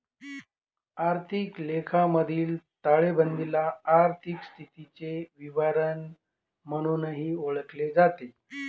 आर्थिक लेखामधील ताळेबंदाला आर्थिक स्थितीचे विवरण म्हणूनही ओळखले जाते